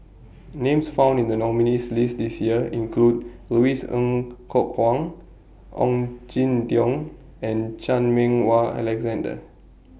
Names found in The nominees' list This Year include Louis Ng Kok Kwang Ong Jin Teong and Chan Meng Wah Alexander